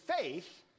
faith